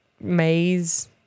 maze